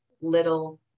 little